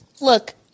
Look